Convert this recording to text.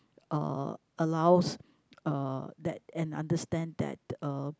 uh allows uh that and understand that uh